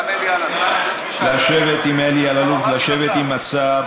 גם אלי אלאלוף, לשבת עם אלי אלאלוף, לשבת עם השר,